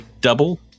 double